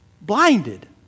blinded